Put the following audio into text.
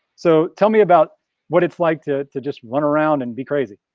so tell me about what it's like to to just run around and be crazy.